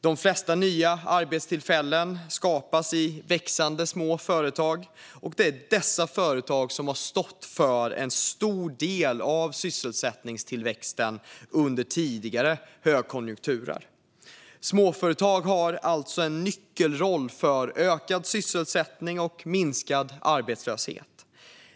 De flesta nya arbetstillfällen skapas i växande små företag, och det är dessa företag som har stått för en stor del av sysselsättningstillväxten under tidigare högkonjunkturer. Småföretag har alltså en nyckelroll för ökad sysselsättning och minskad arbetslöshet.